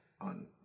on